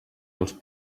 els